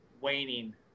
Waning